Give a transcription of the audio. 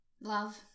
Love